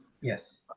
Yes